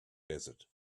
desert